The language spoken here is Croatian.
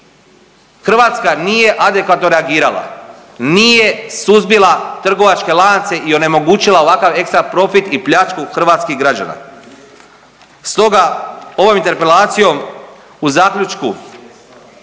Hrvatska nije adekvatno reagirala, nije suzbila trgovačke lance i onemogućila ovakav ekstra profit i pljačku hrvatskih građana. Stoga ovom interpelacijom u zaključku